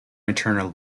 eternal